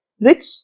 rich